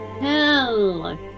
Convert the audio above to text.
Hello